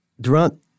Durant